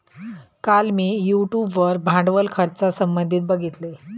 काल मी यूट्यूब वर भांडवल खर्चासंबंधित बघितले